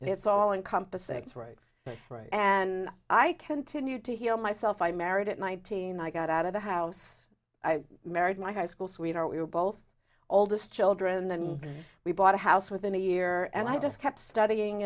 it's all encompassing it's right it's right and i continued to heal myself i married at nineteen i got out of the house i married my high school sweetheart we were both oldest children then we bought a house within a year and i just kept studying